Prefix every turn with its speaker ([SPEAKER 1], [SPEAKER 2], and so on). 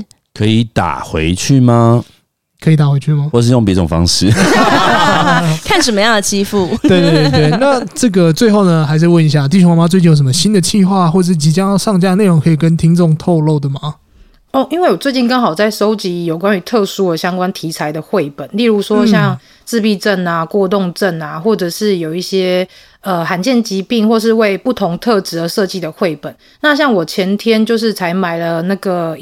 [SPEAKER 1] 可以打回去吗？
[SPEAKER 2] 可以打回去吗？
[SPEAKER 1] 或是用别种方式？
[SPEAKER 3] 看什么样的欺负。
[SPEAKER 2] 对，对，对，对，那这个最后呢，还是问一下，弟兄妈妈最近有什么新的计划，或是即将要上架的内容可以跟听众透露的吗？
[SPEAKER 4] 哦，因为我最近刚好在收集有关于特殊的相关题材的绘本，例如说像
[SPEAKER 2] 嗯。
[SPEAKER 4] 自闭症啊、过动症啊，或者是有一些，呃，罕见疾病，或是为不同特质而设计的绘本。那像我前天就是才买了那个-